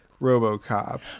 RoboCop